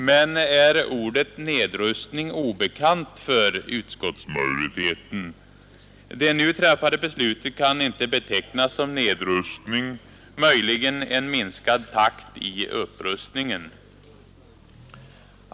Men är ordet nedrustning obekant för utskottsmajoriteten? Det nu träffade beslutet kan inte betecknas som nedrustning, utan möjligen som en minskad takt i upprustningen.